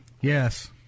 Yes